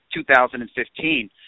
2015